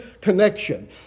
connection